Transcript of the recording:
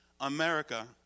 America